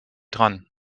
dran